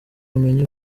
ubumenyi